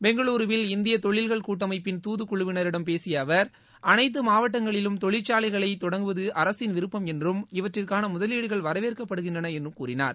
பெங்களுருவில் இந்திய தொழில்கள் கூட்டமைப்பிள் துதுக்குழுவினரிடம் பேசிய அவர் அனைத்து மவாட்டங்களிலும் தொழிற்சாலைகளை தொடங்குவது அரசின் விருப்பம் என்றும் இவற்றிற்கான முதவீடுகள் வரவேற்கபடுகின்றன என்றும் கூறினார்